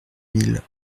mille